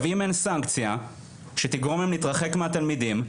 אם אין סנקציה שתגרום להם להתרחק מהתלמידים,